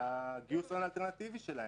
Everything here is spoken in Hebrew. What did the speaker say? מהגיוס האלטרנטיבי שלהם.